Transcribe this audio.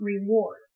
reward